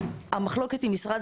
המחלוקת עם משרד